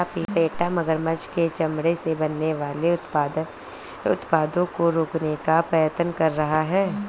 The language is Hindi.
क्या पेटा मगरमच्छ के चमड़े से बनने वाले उत्पादों को रोकने का प्रयत्न कर रहा है?